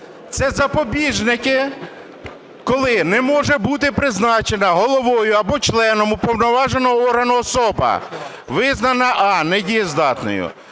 "Це запобіжники, коли не може бути призначена головою або членом уповноваженого органу особа, визнана: а) недієздатною,